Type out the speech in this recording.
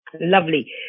Lovely